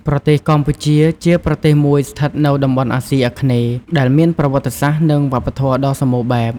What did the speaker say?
ប្រទេសកម្ពុជា ជាប្រទេសមួយស្ថិតនៅតំបន់អាស៊ីអាគ្នេយ៍ ដែលមានប្រវត្តិសាស្ត្រ និងវប្បធម៌ដ៏សម្បូរបែប។